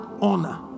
honor